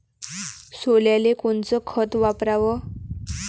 सोल्याले कोनचं खत वापराव?